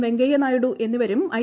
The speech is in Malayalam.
വെങ്കയ്യ നായിഡു എന്നിവരും ഐ